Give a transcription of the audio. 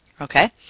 Okay